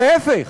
להפך,